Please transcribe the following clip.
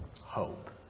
hope